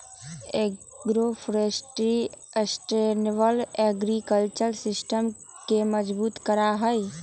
agroforestry sustainable agriculture system के मजबूत करा हई